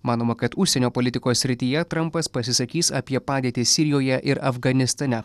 manoma kad užsienio politikos srityje trampas pasisakys apie padėtį sirijoje ir afganistane